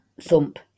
thump